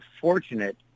fortunate